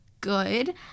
good